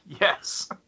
Yes